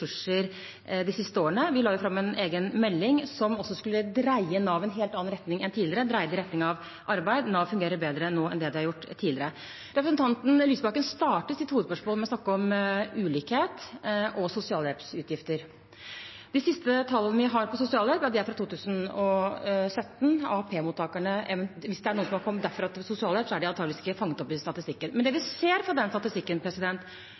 de siste årene. Vi la fram en egen melding som også skulle dreie Nav i en helt annen retning enn tidligere – dreie det i retning av arbeid. Nav fungerer bedre nå enn det de har gjort tidligere. Representanten Lysbakken startet sitt hovedspørsmål med å snakke om ulikhet og sosialhjelpsutgifter. De siste tallene vi har for sosialhjelp, er fra 2017. Hvis det er noen AAP-mottakere som har kommet over på sosialhjelp, er de antakeligvis ikke fanget opp i statistikken. Men det vi ser av statistikken,